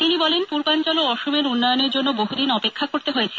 তিনি বলেন পূর্বাঞ্চল ও অসমের উন্নয়নের জন্য বহুদিন অপেক্ষা করতে হয়েছে